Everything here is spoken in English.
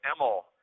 Emil